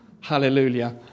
Hallelujah